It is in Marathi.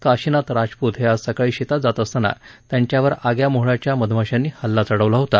काशीनाथ राजपूत हे आज सकाळी शेतात जात असताना त्यांच्यावर आग्यामोहळाच्या मधमाशांनी हल्ला चढवला होता